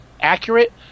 accurate